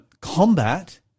combat